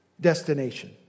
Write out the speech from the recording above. destination